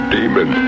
Demon